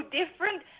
different